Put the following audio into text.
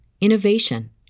innovation